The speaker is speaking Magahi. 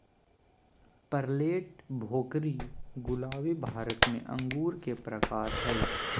पर्लेट, भोकरी, गुलाबी भारत में अंगूर के प्रकार हय